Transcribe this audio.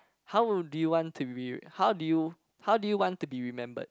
how do you want to be how do you how do you want to be remembered